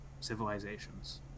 civilizations